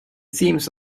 seems